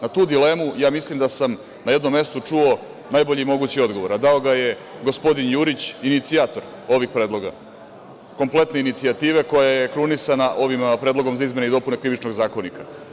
Na tu dilemu ja mislim da sam na jednom mestu čuo najbolji mogući odgovor, a dao ga je gospodin Jurić, inicijator ovih predloga, kompletne inicijative koja je krunisana ovim predlogom za izmene i dopune Krivičnog zakonika.